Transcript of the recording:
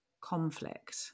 conflict